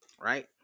right